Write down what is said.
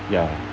ya